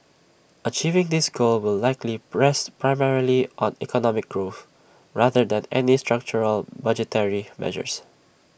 achieving this goal will likely rest primarily on economic growth rather than any structural budgetary measures